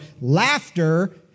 laughter